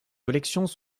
collections